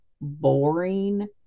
boring